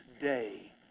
day